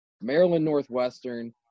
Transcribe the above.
Maryland-Northwestern